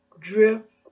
drip